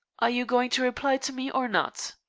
are you going to reply to me or not?